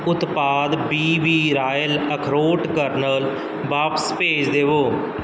ਉਤਪਾਦ B B royal ਅਖਰੋਟ kernel ਵਾਪਿਸ ਭੇਜ ਦਵੋ